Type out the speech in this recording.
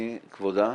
מי כבודה?